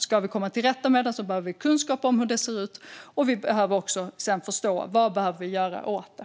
Ska vi komma till rätta med detta behöver vi kunskap om hur det ser ut, och vi behöver sedan också förstå vad vi behöver göra åt det.